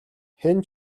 хэн